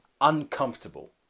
uncomfortable